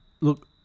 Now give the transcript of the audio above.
look